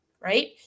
right